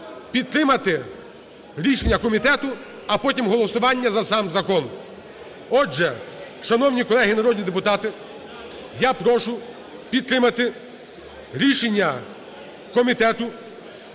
підтримати рішення комітету, а потім голосування за сам закон. Отже, шановні колеги, народні депутати, я прошу підтримати рішення комітету